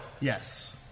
Yes